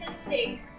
take